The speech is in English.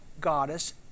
goddess